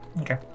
Okay